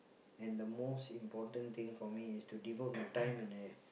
and the most important thing for me is to devote my time and a~